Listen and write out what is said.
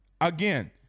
Again